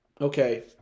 Okay